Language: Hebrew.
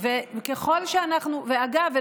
אגב,